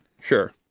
Sure